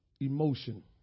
emotion